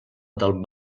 del